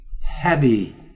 heavy